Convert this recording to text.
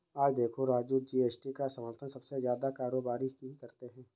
आज देखो राजू जी.एस.टी का समर्थन सबसे ज्यादा कारोबारी ही करते हैं